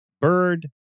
Bird